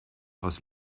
aus